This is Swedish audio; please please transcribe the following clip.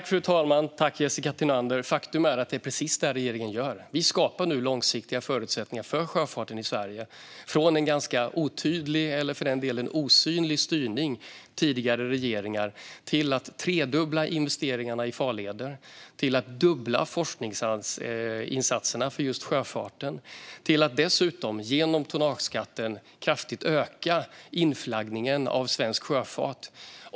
Fru talman! Tack, Jessica Thunander! Faktum är att det är precis det regeringen gör. Vi skapar nu långsiktiga förutsättningar för sjöfarten i Sverige och går från en ganska otydlig eller för delen osynlig styrning från tidigare regeringar till att tredubbla investeringarna i farleder, till att dubbla forskningsinsatserna för just sjöfarten och till att dessutom genom tonnageskatten kraftigt öka inflaggningen av svensk sjöfart.